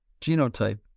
genotype